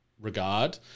regard